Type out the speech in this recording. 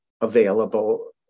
available